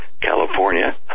California